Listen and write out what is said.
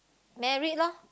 married loh